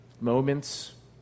moments